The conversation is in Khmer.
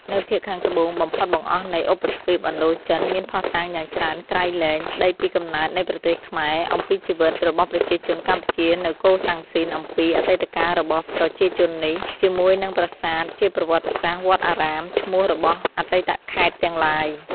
នៅភាគខាងត្បូងបំផុតបង្អស់នៃឧបទ្វីបឥណ្ឌូចិន មានភស្តុតាងយ៉ាងច្រើនក្រៃ លែង ស្តីពីកំណើតនៃប្រទេសខ្មែរ អំពីជីវិតរបស់ប្រជាជនកម្ពុជានៅកូសាំងស៊ីនអំពី អតីតកាលរបស់ប្រជាជននេះ ជាមួយនឹងប្រាសាទជាប្រវត្តិសាស្ត្រ វត្តអារ៉ាម ឈ្មោះរបស់អតីតខេត្តទាំងឡាយ។